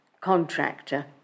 contractor